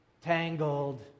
Tangled